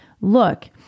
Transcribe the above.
look